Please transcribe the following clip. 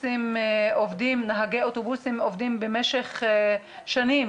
נהגי אוטובוסים עובדים במשך שנים,